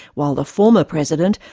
while the former president,